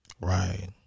Right